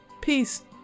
Peace